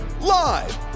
live